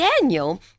Daniel